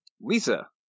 Lisa